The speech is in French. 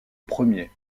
premier